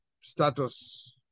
status